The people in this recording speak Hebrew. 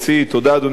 אדוני היושב-ראש,